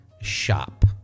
shop